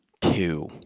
Two